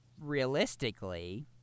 realistically